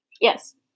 Yes